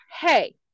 hey